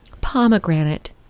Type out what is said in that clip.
pomegranate